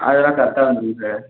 அதெல்லாம் கரெக்டா இருக்குங்க சார்